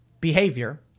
behavior